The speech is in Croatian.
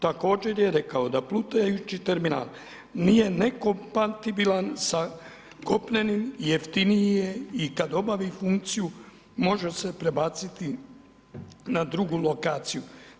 Također je rekao da plutajući terminal nije nekompatibilan sa kopnenim, jeftiniji je i kad obavi funkciju, može se prebaciti na drugu lokaciju.